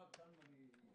שמענו כאן את